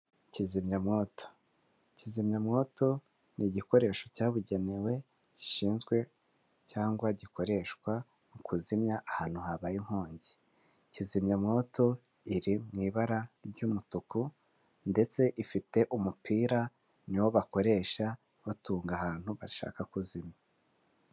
Kizimyamwoto, kizimyamwoto ni igikoresho cyabugenewe gishinzwe cyangwa gikoreshwa mu kuzimya ahantu habaye inkongi. Kizimya mwowoto iri mu ibara ry'umutuku ndetse ifite umupira niwo bakoresha batunga ahantu bashaka kuzimamya.